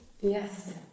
Yes